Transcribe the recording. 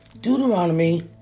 Deuteronomy